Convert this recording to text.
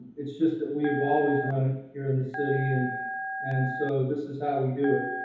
it's just that we have always run it here in the city, and and so this is how we do it.